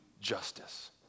justice